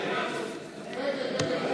להם החוק להגדיל את כוחם תוך החלשת